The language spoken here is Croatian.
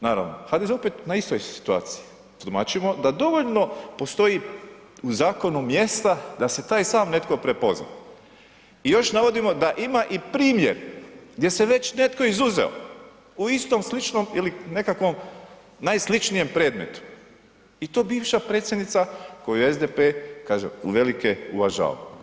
Naravno, HDZ je opet na istoj situaciji, tumačimo da dovoljno postoji u zakonu mjesta za taj sam netko prepozna i još navodimo da ima i primjer gdje se već netko izuzeo u istom sličnom ili nekakvom najsličnijem predmetu i to bivša predsjednica koju SDP kažem u velike uvažava.